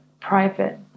private